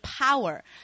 power